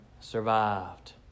survived